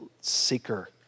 seeker